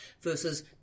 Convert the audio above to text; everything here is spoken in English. versus